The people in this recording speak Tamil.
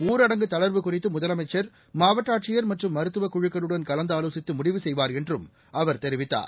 ஊரடங்கு தளா்வு குறித்துமுதலமைச்சா் மாவட்டஆட்சியா் மற்றும் மருத்துவக் குழுக்களுடன் கலந்துஆலோசித்துமுடிவு செய்வார் என்றும் அவர் தெரிவித்தார்